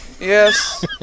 Yes